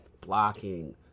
blocking